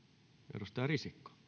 arvoisa